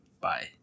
Bye